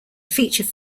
feature